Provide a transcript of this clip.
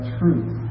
truth